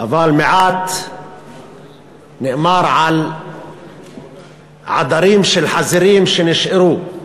אבל מעט נאמר על עדרים של חזירים שנשארו.